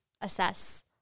assess